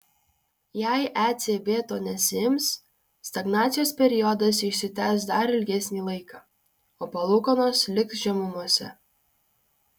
jei ecb to nesiims stagnacijos periodas išsitęs dar ilgesnį laiką o palūkanos liks žemumose